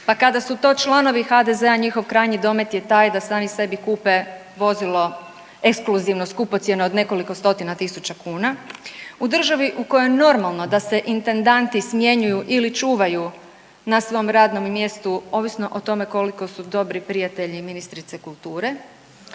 pa kada su to članovi HDZ-a njihov krajnji domet je taj da sami sebi kupe vozilo ekskluzivno, skupocjeno od nekoliko stotina tisuća kuna, u državi u kojoj je normalno da se intendanti smjenjuju ili čuvaju na svom radnom mjestu ovisno o tome koliko su dobri prijatelji ministrice kulture,